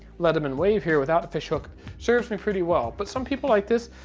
leatherman wave here without a fish hook serves me pretty well. but some people like this.